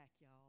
y'all